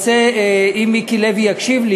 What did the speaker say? אם מיקי לוי יקשיב לי,